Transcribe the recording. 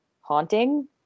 haunting